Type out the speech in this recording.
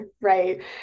Right